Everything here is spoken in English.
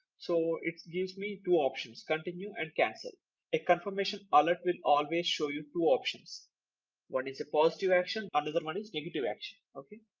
so it gives me two options continue and cancel a confirmation alert will always show you two options one is a positive action and another one is negative action okay.